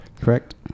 correct